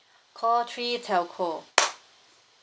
call three telco